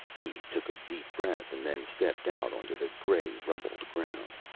he took a deep breath and then stepped out onto the gray, rubbled ground.